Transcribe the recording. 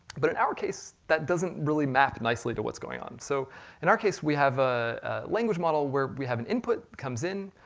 but in our case, that doesn't really map nicely to what's going on. so in our case, we have a language model where we have an input, comes in.